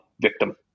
victim